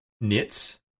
knits